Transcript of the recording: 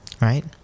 Right